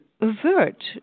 avert